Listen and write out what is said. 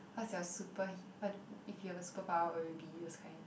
what's your super he~ what if you have a superpower what will you be those kind